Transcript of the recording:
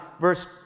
verse